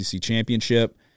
championship